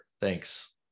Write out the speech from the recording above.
Thanks